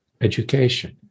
education